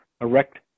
erect